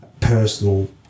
personal